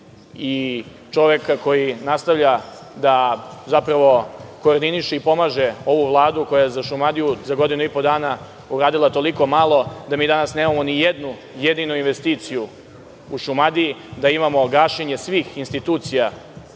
i čoveka koji nastavlja da zapravo koordiniše i pomaže ovu Vladu koja je za Šumadiju za godinu i po dana uradila toliko malo, da mi danas nemamo nijednu jedinu investiciju u Šumadiji, da imamo gašenje svih institucija